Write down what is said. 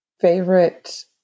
favorite